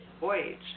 voyage